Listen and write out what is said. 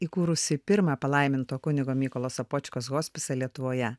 įkūrusi pirmą palaiminto kunigo mykolo sopočkos hospisą lietuvoje